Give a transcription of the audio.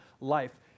life